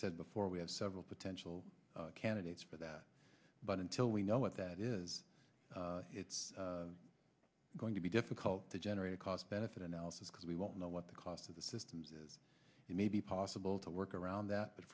said before we have several potential candidates for that but until we know what that is it's going to be difficult to generate a cost benefit analysis because we won't know what the cost of the systems is it may be possible to work around that but